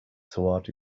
toward